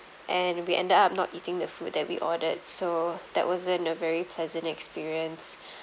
and we ended up not eating the food that we ordered so that wasn't a very pleasant experience